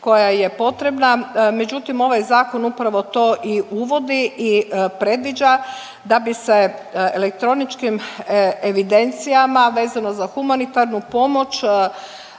koja je potrebna, međutim ovaj zakon upravo to i uvodi i predviđa da bi se elektroničkim evidencijama vezano za humanitarnu pomoć